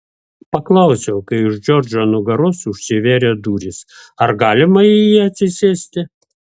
paklausiau kai už džordžo nugaros užsivėrė durys ar galima į jį atsisėsti